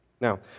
Now